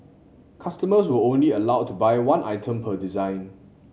customers were only allowed to buy one item per design